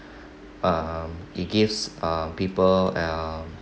um it gives uh people um